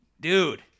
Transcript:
Dude